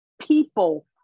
people